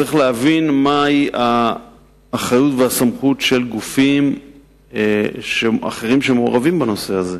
צריך להבין מהי האחריות והסמכות של גופים אחרים שמעורבים בנושא הזה,